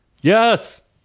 Yes